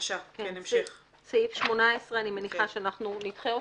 סעיף 17 נתקבל.